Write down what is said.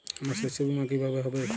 আমার শস্য বীমা কিভাবে হবে?